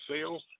sales